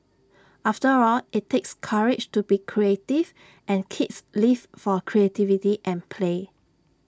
after all IT takes courage to be creative and kids live for creativity and play